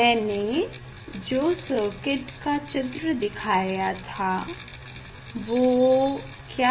मैंने जो सर्किट का चित्र दिखाया था वो क्या था